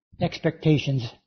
expectations